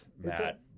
Matt